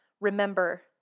remember